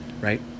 right